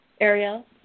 Ariel